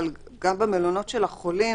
אבל גם במלונות של החולים